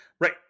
Right